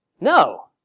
No